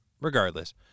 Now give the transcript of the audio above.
regardless